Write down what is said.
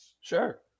Sure